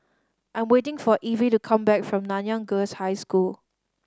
I'm waiting for Evie to come back from Nanyang Girls' High School